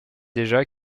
déjà